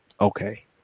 okay